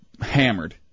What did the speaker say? hammered